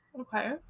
Okay